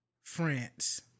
France